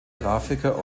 grafiker